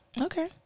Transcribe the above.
Okay